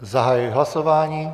Zahajuji hlasování.